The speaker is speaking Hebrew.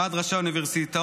ועד ראשי האוניברסיטאות,